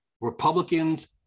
Republicans